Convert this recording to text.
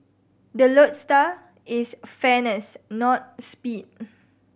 the lodestar is fairness not speed